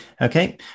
Okay